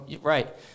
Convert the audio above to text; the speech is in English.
right